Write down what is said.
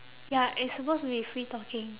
ya and supposed to be free talking